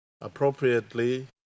appropriately